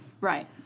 right